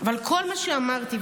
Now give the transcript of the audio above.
אבל כל מה שאמרתי,